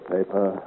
Paper